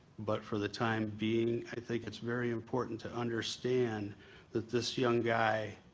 but for the time being, i think it's very important to understand that this young guy